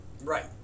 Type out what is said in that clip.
Right